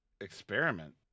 Experiment